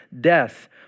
death